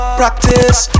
practice